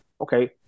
okay